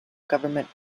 government